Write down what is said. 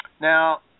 now